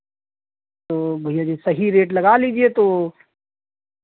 तो भैया जी सही रेट लगा लीजिए तो